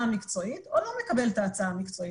המקצועית או לא מקבל את ההצעה המקצועית.